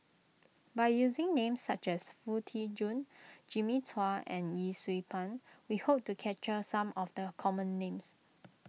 by using names such as Foo Tee Jun Jimmy Chua and Yee Siew Pun we hope to capture some of the common names